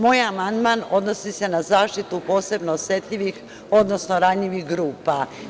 Moj amandman odnosi se na zaštitu posebno osetljivih, odnosno ranjivih grupa.